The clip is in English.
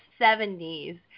70s